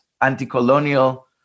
anti-colonial